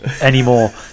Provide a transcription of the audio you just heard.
anymore